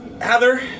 Heather